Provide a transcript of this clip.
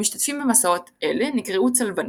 המשתתפים במסעות אלה נקראו בשם צלבנים.